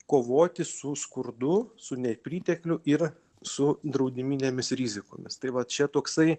kovoti su skurdu su nepritekliu ir su draudiminėmis rizikomis tai va čia toksai